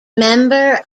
member